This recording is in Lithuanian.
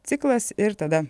ciklas ir tada